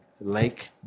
Lake